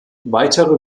weitere